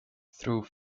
through